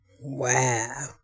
Wow